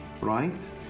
right